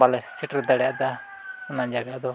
ᱵᱟᱞᱮ ᱥᱮᱴᱮᱨ ᱫᱟᱲᱮᱨᱭᱟᱫᱟ ᱚᱱᱟ ᱡᱟᱭᱜᱟᱫᱚ